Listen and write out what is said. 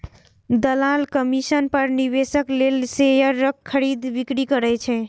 दलाल कमीशन पर निवेशक लेल शेयरक खरीद, बिक्री करै छै